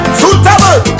suitable